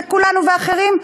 כולנו ואחרים,